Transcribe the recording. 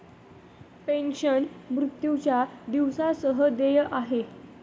pension, मृत्यूच्या दिवसा सह देय आहे